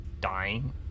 dying